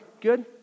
Good